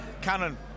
Cannon